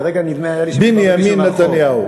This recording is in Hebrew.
לרגע נדמה היה לי שפתאום הוא מישהו מהרחוב.